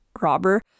Robber